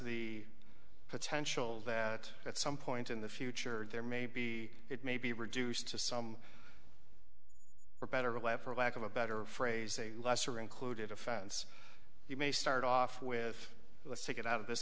the potential that at some point in the future there may be it may be reduced to some for better or for lack of a better phrase a lesser included offense you may start off with let's take it out of this